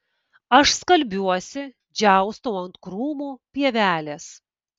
aš skalbiuosi džiaustau ant krūmų pievelės